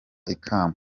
ikamba